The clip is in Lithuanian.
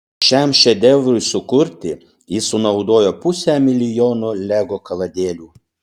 šiam šedevrui sukurti jis sunaudojo pusę milijono lego kaladėlių